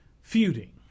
feuding